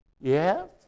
yes